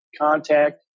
contact